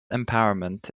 empowerment